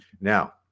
Now